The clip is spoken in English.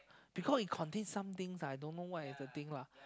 because it contain some things lah I don't know what is thing lah